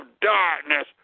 darkness